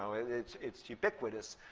it's it's ubiquitous.